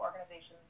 organizations